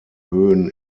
höhen